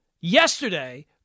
yesterday